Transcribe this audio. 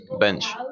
bench